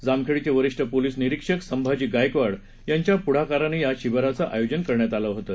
जामखेडचे वरिष्ठ पोलीस निरीक्षक संभाजी गायकवाड यांच्या पुढाकारानं या शिबिराचं आयोजन करण्यात आलं होतं